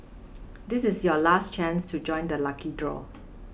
this is your last chance to join the lucky draw